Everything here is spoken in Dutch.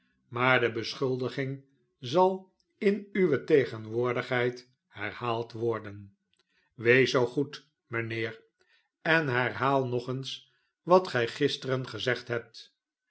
maar de beschuldiging zal in uwe tegenwoordigheid herhaald worden een veeeader gesteaft wees zoo goed mijnheer en herhaal nog eens wat gij gisteren gezegd hebt